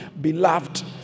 beloved